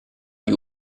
gli